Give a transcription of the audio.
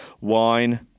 Wine